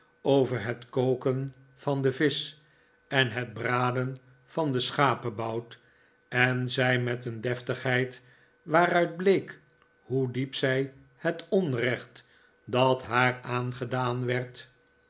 over het koken van de visch en het braden van den schapebout en zei met een deftigheid waaruit bleek hoe diep zij het onrecht dat haar aangedaan werd